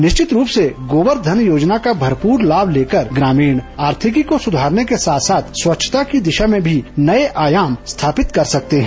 निश्चित रूप से गोबर धन योजना का भरपूर लाभ लेकर ग्रामीण आर्थिकी को सुधारने के साथ साथ स्वच्छता की दिशा में भी नए आयाम स्थापित किए जा सकते हैं